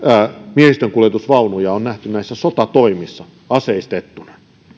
miehistönkuljetusvaunuja on nähty näissä sotatoimissa aseistettuna